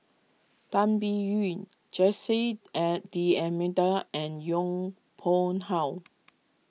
Tan Biyun Jose at D'Almeida and Yong Pung How